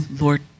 Lord